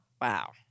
Wow